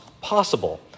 possible